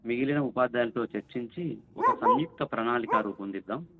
మిగిలిన ఉపాధ్యాయులతో చర్చించి ఒక సంయుక్త ప్రణాళిక రూపొందిద్దాం